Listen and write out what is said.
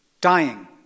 dying